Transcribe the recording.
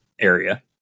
area